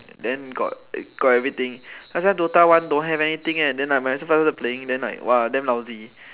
then got got everything last time DOTA one don't have anything leh then must as well just playing then !wah! damn lousy